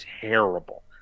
terrible